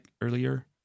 earlier